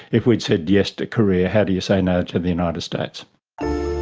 if we'd said yes to korea, how do you say no to the united states?